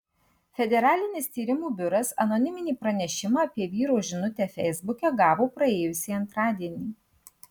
federalinis tyrimų biuras anoniminį pranešimą apie vyro žinutę feisbuke gavo praėjusį antradienį